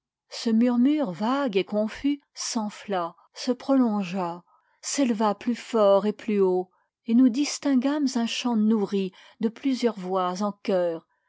ce murmure vague et confus s'enfla se prolongea s'éleva plus fort et plus haut et nous distinguâmes un chant nourri de plusieurs voix en chœur